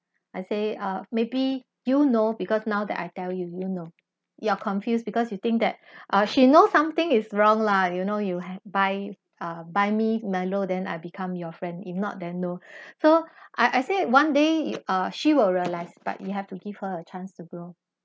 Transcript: I say uh maybe you know because now that I tell you you know you're confused because you think that uh she knows something is wrong lah you know you buy uh buy me milo then I become your friend if not then no so I I say one day uh she will realize but you have to give her a chance to grow